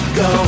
go